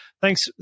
thanks